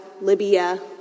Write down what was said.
Libya